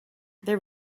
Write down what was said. there